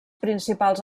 principals